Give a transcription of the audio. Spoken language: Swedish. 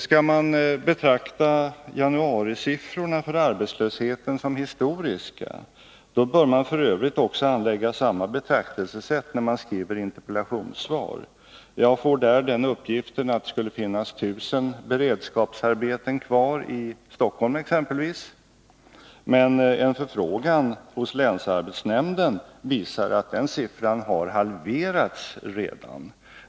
Skall man betrakta januarisiffrorna för arbetslösheten som historiska, bör man f. ö. också anlägga samma betraktelsesätt när man skriver interpellationssvar. Jag får där den uppgiften att det exempelvis i Stockholm skulle finnas 1 000 beredskapsarbeten kvar. Men en förfrågan hos länsarbetsnämnden visar att den siffran redan har halverats.